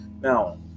now